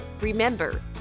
Remember